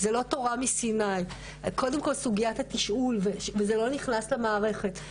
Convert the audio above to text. זו לא תורה מסיני, וזה לא נכנס למערכת.